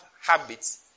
habits